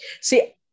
See